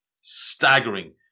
Staggering